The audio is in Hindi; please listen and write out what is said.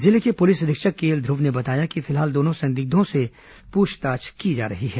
जिले के पुलिस अधीक्षक के एल ध्रुव ने बताया कि फिलहाल दोनों संदिग्धों से पूछताछ की जा रही है